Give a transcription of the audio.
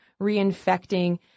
reinfecting